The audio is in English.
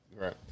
Right